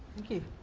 thank you.